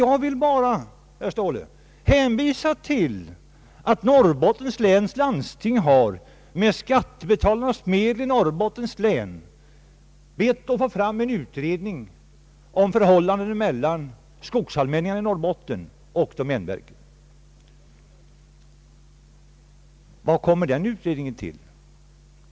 Jag vill bara, herr Ståhle, hänvisa till att Norrbottens läns landsting har med skattebetalarnas medel bett att få fram en utredning om förhållandena beträffande allmänningsskogar och domänverkets skogar i Norrbotten. Vad kom den utredningen till?